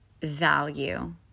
value